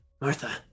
Martha